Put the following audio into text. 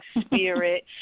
spirit